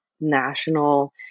national